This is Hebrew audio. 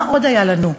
מה עוד היה לנו?